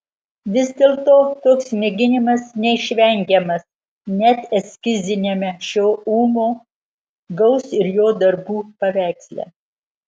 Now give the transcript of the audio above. vis dėlto toks mėginimas neišvengiamas net eskiziniame šio ūmo gaus ir jo darbų paveiksle